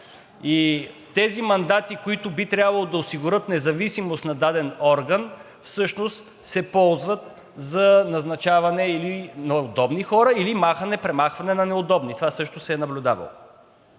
и тези мандати, които би трябвало да осигурят независимост на даден орган, всъщност се ползват за назначаване или на удобни хора, или махане, премахване на неудобни. Това също се е наблюдавало.